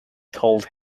told